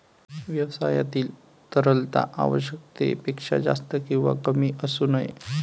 व्यवसायातील तरलता आवश्यकतेपेक्षा जास्त किंवा कमी असू नये